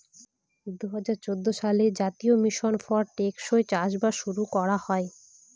দুই হাজার চৌদ্দ সালে জাতীয় মিশন ফর টেকসই চাষবাস শুরু করা হয়